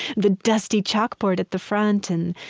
the dusty chalkboard at the front and,